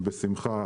בשמחה.